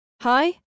Hi